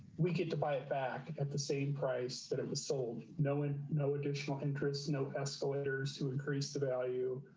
we get to buy it back at the same price that it was sold knowing no additional interest, no escalators to increase the value.